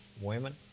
women